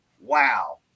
wow